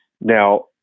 Now